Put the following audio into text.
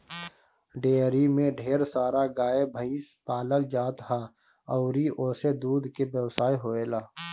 dairy में ढेर सारा गाए भइस पालल जात ह अउरी ओसे दूध के व्यवसाय होएला